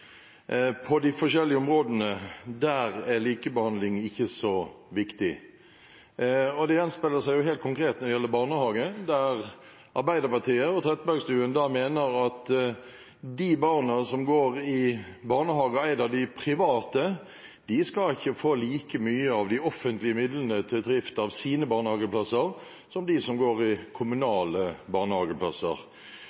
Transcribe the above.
på de forskjellige områdene, er likebehandling ikke så viktig. Det gjenspeiler seg helt konkret når det gjelder barnehage, der Arbeiderpartiet og Trettebergstuen mener at de barna som går i en av de private barnehagene, ikke skal få like mye av de offentlige midlene til drift av sine barnehageplasser som de som går i kommunale